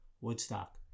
Woodstock